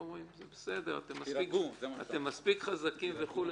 אתם מספיק חזקים וכו',